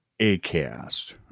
Acast